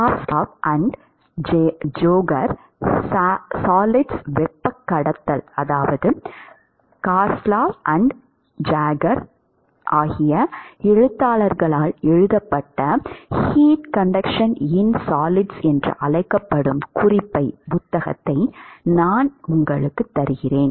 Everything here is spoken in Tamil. கார்ஸ்லாவ் மற்றும் ஜேகர் சாலிட்ஸில் வெப்ப கடத்தல் என்று அழைக்கப்படும் குறிப்பை நான் உங்களுக்கு தருகிறேன்